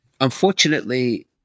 unfortunately